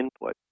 input